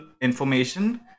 information